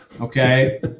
Okay